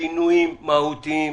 שינויים מהותיים,